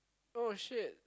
oh shit